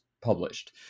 published